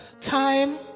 time